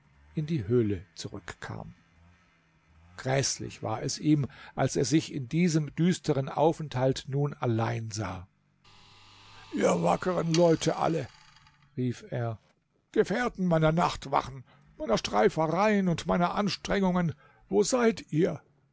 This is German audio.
in die höhle zurückkam gräßlich war es ihm als er sich in diesem düsteren aufenthalt nun allein sah ihr wackeren leute alle rief er gefährten meiner nachtwachen meiner streifereien und meiner anstrengungen wo seid ihr